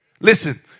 Listen